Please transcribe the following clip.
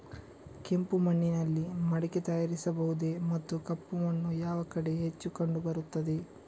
ಕೆಂಪು ಮಣ್ಣಿನಲ್ಲಿ ಮಡಿಕೆ ತಯಾರಿಸಬಹುದೇ ಮತ್ತು ಕಪ್ಪು ಮಣ್ಣು ಯಾವ ಕಡೆ ಹೆಚ್ಚು ಕಂಡುಬರುತ್ತದೆ?